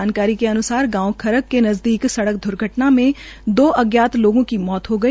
जानकारी के अन्सार गांव खरक के नज़दीक सड़क द्र्घटना में दो अज्ञातलोगों की मौत हो गई